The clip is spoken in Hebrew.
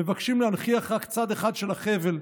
מבקשים להנכיח רק צד אחד של החבל,